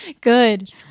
good